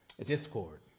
Discord